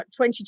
22